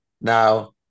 Now